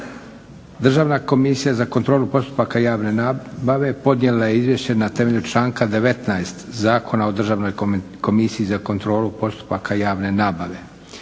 Državna komisije za kontrolu postupaka javne nabave podnijela je izvješće na temelju članka 19. Zakona o Državnoj komisiji za kontrolu postupaka javne nabave.